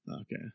Okay